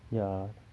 ya